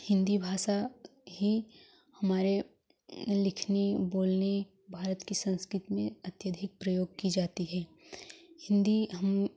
हिंदी भाषा ही हमारे लिखने बोलने भारत की संस्कृति में अत्यधिक प्रयोग की जाती है हिंदी हम